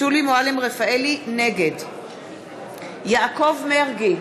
נגד יעקב מרגי,